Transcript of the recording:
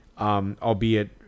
albeit